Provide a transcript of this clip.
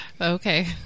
Okay